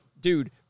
dude